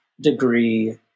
degree